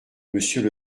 monsieur